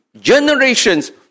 generations